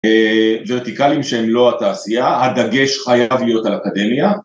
ורטיקלים שהם לא התעשייה, הדגש חייב להיות על אקדמיה.